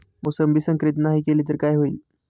मोसंबी संकरित नाही केली तर काय होईल?